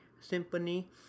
Symphony